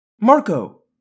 Marco